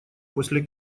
после